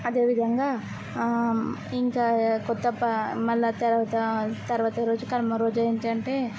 అదేవిధంగా ఇంకా కొత్త బా మళ్ళీ తర్వాతా తర్వాత రోజు కనుమ రోజు ఏంటంటే